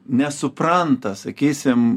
nesupranta sakysim